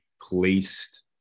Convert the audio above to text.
placed